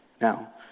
Now